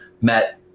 met